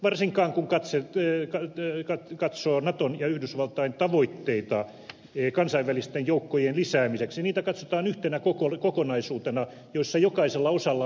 varsinkaan kun katsoo naton ja yhdysvaltain tavoitteita kansainvälisten joukkojen lisäämiseksi niitä katsotaan yhtenä kokonaisuutena jossa jokaisella osalla on oma tehtävänsä